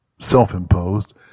self-imposed